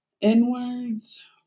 Inwards